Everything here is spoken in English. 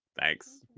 Thanks